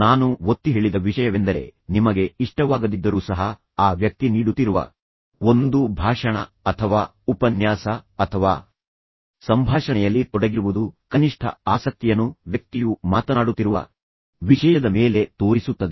ನಾನು ಒತ್ತಿಹೇಳಿದ ವಿಷಯವೆಂದರೆ ನಿಮಗೆ ಇಷ್ಟವಾಗದಿದ್ದರೂ ಸಹ ಆ ವ್ಯಕ್ತಿ ನೀಡುತ್ತಿರುವ ಒಂದು ಭಾಷಣ ಅಥವಾ ಉಪನ್ಯಾಸ ಅಥವಾ ಸಂಭಾಷಣೆಯಲ್ಲಿ ತೊಡಗಿರುವುದು ಕನಿಷ್ಠ ಆಸಕ್ತಿಯನ್ನು ವ್ಯಕ್ತಿಯು ಮಾತನಾಡುತ್ತಿರುವ ವಿಷಯದ ಮೇಲೆ ತೋರಿಸುತ್ತದೆ